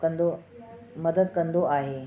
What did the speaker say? कंदो मदद कंदो आहे